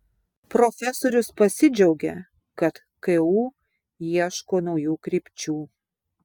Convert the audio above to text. profesorius pasidžiaugė kad ku ieško naujų krypčių